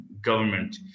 government